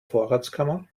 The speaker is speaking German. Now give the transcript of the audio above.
vorratskammer